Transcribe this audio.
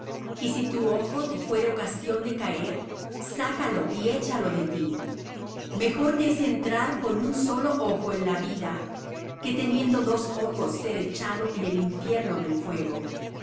y si tu ojo te fuere ocasión de caer sácalo y échalo de ti mejor te es entrar con un solo ojo en la vida que teniendo dos ojos ser echado en el infierno del fuego